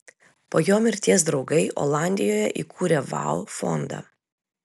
po jo mirties draugai olandijoje įkūrė vau fondą